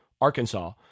Arkansas